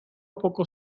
poco